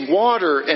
water